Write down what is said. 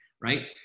right